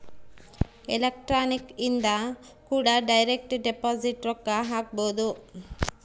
electronic ಇಂದ ಕೂಡ direct deposit ರೊಕ್ಕ ಹಾಕ್ಬೊದು